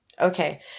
Okay